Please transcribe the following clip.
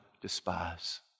despise